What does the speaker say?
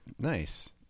Nice